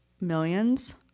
millions